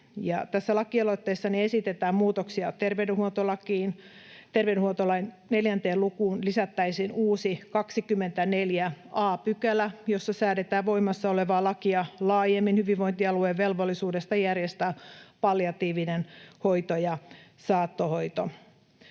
Tässä lakialoitteessani esitetään muutoksia terveydenhuoltolakiin. Terveydenhuoltolain 4 lukuun lisättäisiin uusi 24 a §, jossa säädetään voimassa olevaa lakia laajemmin hyvinvointialueen velvollisuudesta järjestää palliatiivinen hoito ja saattohoito.